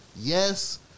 Yes